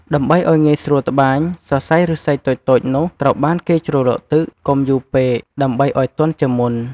ដើម្បីឲ្យងាយស្រួលត្បាញ សរសៃឫស្សីតូចៗនោះ ត្រូវបានគេជ្រលក់ទឹក កុំយូរពេក ដើម្បីឲ្យទន់ជាមុន។